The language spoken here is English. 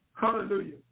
Hallelujah